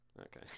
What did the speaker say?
Okay